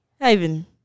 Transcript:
Ivan